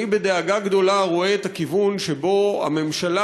אני בדאגה גדולה רואה את הכיוון שבו הממשלה